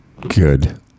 good